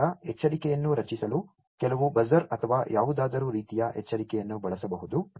ತದನಂತರ ಎಚ್ಚರಿಕೆಯನ್ನು ರಚಿಸಲು ಕೆಲವು ಬಜರ್ ಅಥವಾ ಯಾವುದಾದರೂ ರೀತಿಯ ಎಚ್ಚರಿಕೆಯನ್ನು ಬಳಸಬಹುದು